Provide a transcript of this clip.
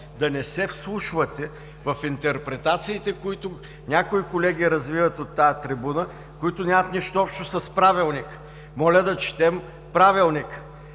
да не се вслушвате в интерпретации, които някои колеги развиват от тази трибуна, които нямат нищо общо с Правилника. Моля да четем Правилника: